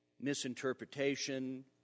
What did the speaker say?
misinterpretation